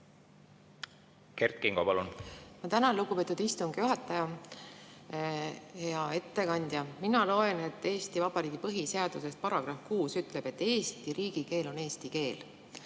Kert Kingo, palun! Tänan, lugupeetud istungi juhataja! Hea ettekandja! Mina loen Eesti Vabariigi põhiseaduse § 6, mis ütleb, et Eesti riigikeel on eesti keel.